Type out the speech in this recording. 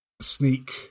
sneak